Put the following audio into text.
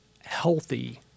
healthy